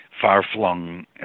far-flung